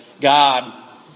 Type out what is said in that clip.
God